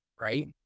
right